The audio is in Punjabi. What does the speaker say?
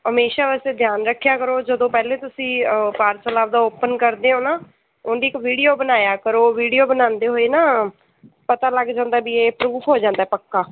ਹਮੇਸ਼ਾ ਵਾਸਤੇ ਧਿਆਨ ਰੱਖਿਆ ਕਰੋ ਜਦੋਂ ਪਹਿਲਾਂ ਤੁਸੀਂ ਪਾਰਸਲ ਆਪਣਾ ਓਪਨ ਕਰਦੇ ਹੋ ਨਾ ਉਹਨਾਂ ਦੀ ਇੱਕ ਵੀਡੀਓ ਬਣਾਇਆ ਕਰੋ ਵੀਡੀਓ ਬਣਾਉਂਦੇ ਹੋਏ ਨਾ ਪਤਾ ਲੱਗ ਜਾਂਦਾ ਵੀ ਇਹ ਪਰੂਫ ਹੋ ਜਾਂਦਾ ਹੈ ਪੱਕਾ